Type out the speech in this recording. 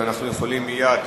אנחנו יכולים לעשות זאת מייד.